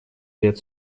лет